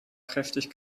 kräftig